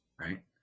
Right